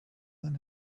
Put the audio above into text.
than